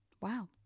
wow